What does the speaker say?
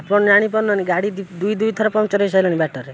ଆପଣ ଜାଣିପାରୁନାହାଁନ୍ତି ଗାଡ଼ି ଦୁଇ ଦୁଇଥର ପଙ୍କ୍ଚର୍ ହୋଇସାରିଲାଣି ବାଟରେ